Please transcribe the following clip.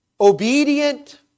obedient